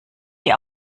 die